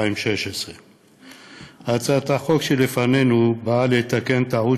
התשע"ו 2016. הצעת החוק שלפנינו באה לתקן טעות